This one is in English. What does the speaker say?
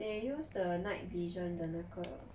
they use the night vision 的那个